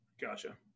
gotcha